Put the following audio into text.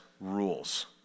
rules